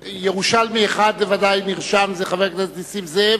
ירושלמי אחד בוודאי נרשם, זה חבר הכנסת נסים זאב.